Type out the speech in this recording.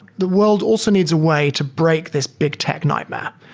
the world also needs a way to break this big tech nightmare.